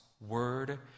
word